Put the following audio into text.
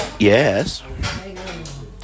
yes